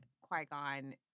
Qui-Gon